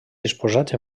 disposats